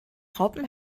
raupen